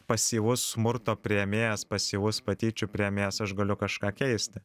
pasyvus smurto priėmėjas pasyvus patyčių priėmėjas aš galiu kažką keisti